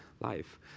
life